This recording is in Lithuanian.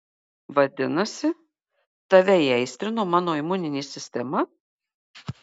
vadinasi tave įaistrino mano imuninė sistema